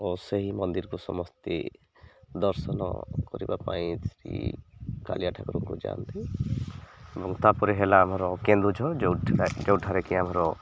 ଓ ସେହି ମନ୍ଦିରକୁ ସମସ୍ତେ ଦର୍ଶନ କରିବା ପାଇଁ ଶ୍ରୀ କାଳିଆ ଠାକୁରଙ୍କୁ ଯାଆନ୍ତି ଏବଂ ତା'ପରେ ହେଲା ଆମର କେନ୍ଦୁଝର ଯେଉଁଠ ଯେଉଁଠାରେ କିି ଆମର